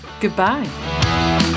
Goodbye